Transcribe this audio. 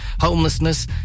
homelessness